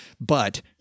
But-